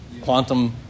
Quantum